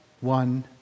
one